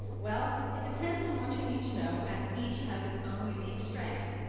well, it depends on what you need to know as each has its own unique strengths.